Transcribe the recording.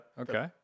Okay